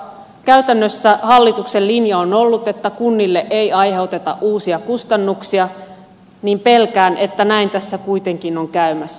käytännössä hallituksen linja on ollut että kunnille ei aiheuteta uusia kustannuksia mutta pelkään että näin tässä kuitenkin on käymässä